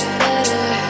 better